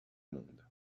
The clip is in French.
monde